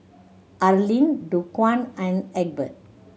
Arlin Dequan and Egbert